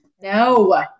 No